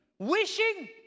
wishing